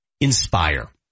Inspire